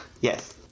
yes